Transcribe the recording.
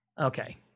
Okay